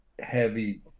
heavy